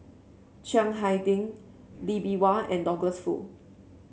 Chiang Hai Ding Lee Bee Wah and Douglas Foo